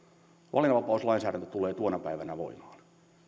valinnanvapauslainsäädäntö tulee tuona päivänä voimaan